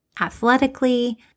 athletically